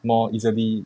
more easily